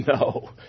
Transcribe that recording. No